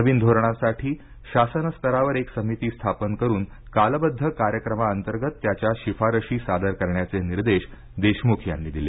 नवीन धोरणासाठी शासनस्तरावर एक समिती स्थापन करून कालबद्ध कार्यक्रमांतर्गत त्याच्या शिफारशी सादर करण्याचे निर्देश देशमुख यांनी दिले